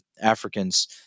Africans